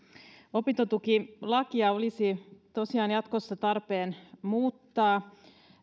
opintotukilakia olisi tosiaan jatkossa tarpeen muuttaa